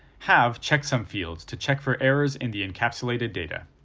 have checksum fields to check for errors in the encapsulated data.